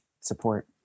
support